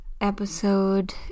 episode